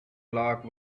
black